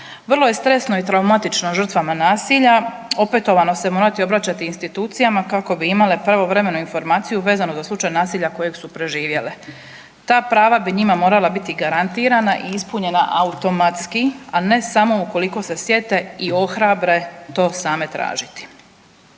Vrlo je stresno i traumatično žrtvama nasilja opetovano se morati obraćati institucijama kako bi imale pravovremenu informaciju vezno za slučaj nasilja kojeg su preživjele, ta prava bi njima morala biti garantirana i ispunjena automatski, a ne samo ukoliko s sjete i ohrabre to same tražiti.